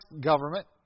government